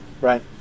right